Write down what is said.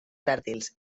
fèrtils